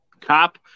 Cop